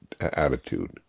attitude